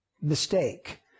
mistake